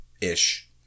ish